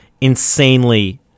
insanely